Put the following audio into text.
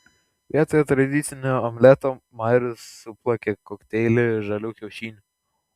vietoje tradicinio omleto marius suplakė kokteilį iš žalių kiaušinių